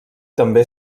també